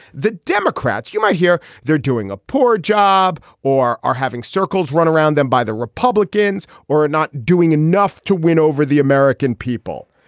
the democrats. you might hear they're doing a poor job or are having circles run around them by the republicans or not doing enough to win over the american people.